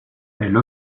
elle